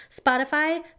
Spotify